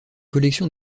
collection